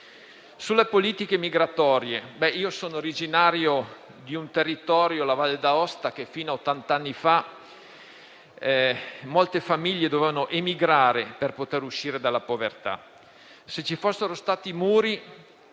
alle politiche migratorie. Sono originario di un territorio, la Valle d'Aosta, da cui fino a ottanta anni fa molte famiglie dovevano emigrare per poter uscire dalla povertà. Se ci fossero stati muri